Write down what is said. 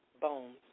bones